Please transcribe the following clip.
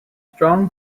strong